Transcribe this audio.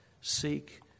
seek